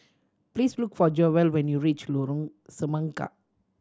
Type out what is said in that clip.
please look for Joel when you reach Lorong Semangka